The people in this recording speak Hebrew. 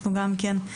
אנחנו גם כן,